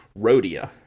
rhodia